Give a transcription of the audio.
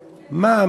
מה?